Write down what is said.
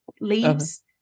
leaves